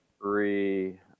Three